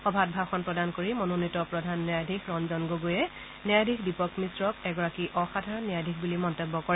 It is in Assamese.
সভাত ভাষণ প্ৰদান কৰি মনোনীত প্ৰধান ন্যায়াধীশ ৰঞ্জন গগৈয়ে ন্যায়াধীশ দীপক মিশ্ৰক এগৰাকী অসাধাৰণ ন্যায়াধীশ বুলি মন্তব্য কৰে